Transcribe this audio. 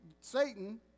Satan